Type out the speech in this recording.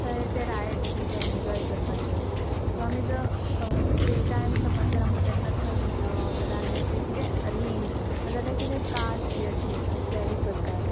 थंय ते रायड्स बी ते एन्जॉय करपाचे सो आमी जी टायम समज जर आमकां तेन्ना थंय मेळ्ळो जाल्यार आमी अशे कितें रिंग नाजाल्या कितें कार्डस बी अशी कॅरी करतात